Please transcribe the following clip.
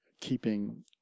keeping